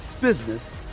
business